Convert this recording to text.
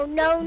no